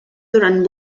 durant